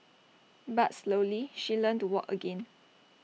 but slowly she learnt to walk again